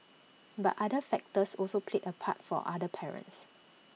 but other factors also played A part for other parents